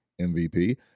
MVP